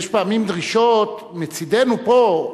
יש פעמים דרישות מצדנו פה,